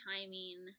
timing